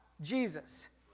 Jesus